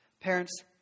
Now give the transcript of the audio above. Parents